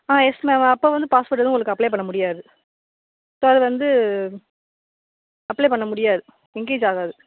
ஆ yes ma'am அப்போ வந்து passport எதுவும் உங்களுக்கு அப்ளை பண்ண முடியாது ஸோ அது வந்து அப்ளை பண்ண முடியாது எங்கேஜ் ஆகாது